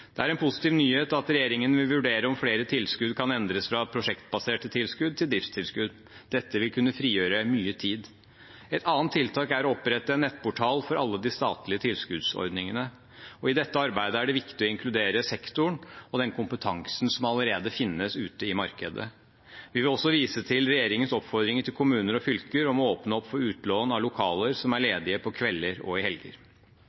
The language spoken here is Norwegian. Det er en positiv nyhet at regjeringen vil vurdere om flere tilskudd kan endres fra prosjektbaserte tilskudd til driftstilskudd. Dette vil kunne frigjøre mye tid. Et annet tiltak er å opprette en nettportal for alle de statlige tilskuddsordningene, og i dette arbeidet er det viktig å inkludere sektoren og den kompetansen som allerede finnes ute i markedet. Vi vil også vise til regjeringens oppfordring til kommuner og fylker om å åpne for utlån av lokaler som er ledige på kvelder og i helger.